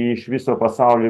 iš viso pasaulio